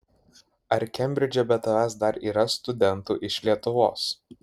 ar kembridže be tavęs dar yra studentų iš lietuvos